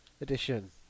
edition